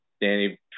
Danny